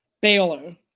Baylor